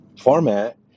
format